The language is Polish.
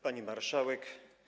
Pani Marszałek!